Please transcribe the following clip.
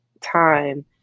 time